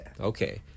okay